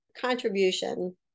contribution